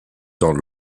dans